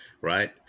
right